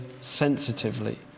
sensitively